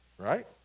right